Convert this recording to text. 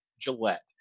Gillette